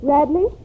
Radley